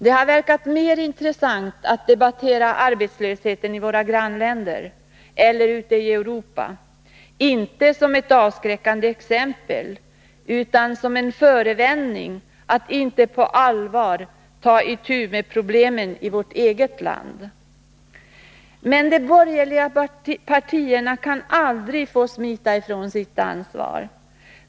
Det verkar som om det varit mer intressant att debattera arbetslösheten i våra grannländer eller ute i Europa — inte som ett avskräckande exempel utan som förevändning för att inte på allvar ta itu med problem i vårt eget land. Men de borgerliga partierna kan aldrig få smita ifrån sitt ansvar.